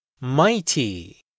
Mighty